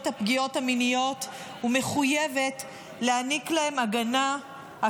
הפגיעות המיניות ומחויבת להעניק להם הגנה,